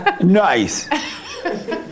Nice